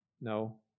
No